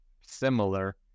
similar